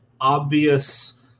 obvious